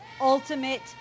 ultimate